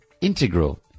integral